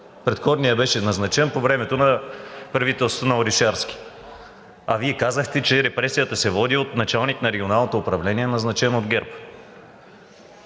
Преходният беше назначен по времето на правителството на Орешарски, а Вие казахте, че репресията се води от началник на Регионалното управление, назначен от ГЕРБ.